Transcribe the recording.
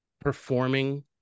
performing